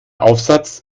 aufsatz